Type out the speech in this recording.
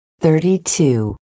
Thirty-two